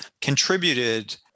contributed